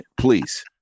Please